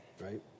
right